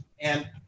and-